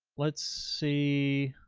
let's see,